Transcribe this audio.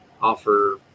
offer